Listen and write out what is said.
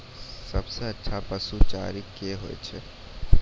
सबसे अच्छा पसु चारा की होय छै?